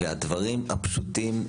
הדברים הפשוטים,